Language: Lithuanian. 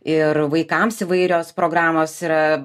ir vaikams įvairios programos yra